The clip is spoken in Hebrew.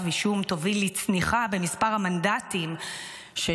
אישום תוביל לצניחה במספר המנדטים של